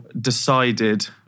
decided